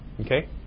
okay